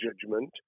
judgment